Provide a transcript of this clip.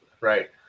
right